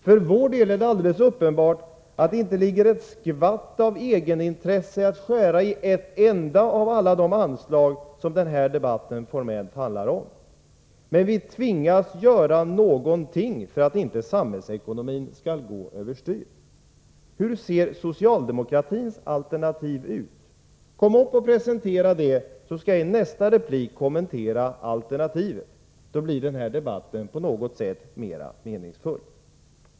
För vår del är det alldeles uppenbart att det inte ligger ett skvatt av egenintresse att skära i ett enda av alla de anslag som denna debatt formellt handlar om. Men vi tvingas göra någonting för att inte samhällsekonomin skall gå över styr. Hur ser socialdemokratins alternativ ut? Kom upp och presentera det, så skall jag i nästa replik kommentera alternativet. Då blir denna debatt på något sätt mera meningsfull.